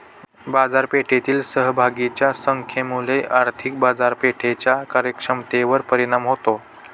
बाजारपेठेतील सहभागींच्या संख्येमुळे आर्थिक बाजारपेठेच्या कार्यक्षमतेवर परिणाम होतो